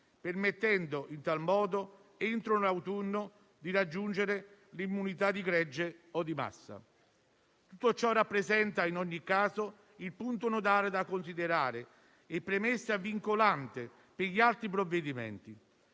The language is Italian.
permettendo in tal modo entro l'autunno di raggiungere l'immunità di gregge o di massa. Tutto ciò rappresenta, in ogni caso, il punto nodale da considerare e premessa vincolante per gli altri provvedimenti.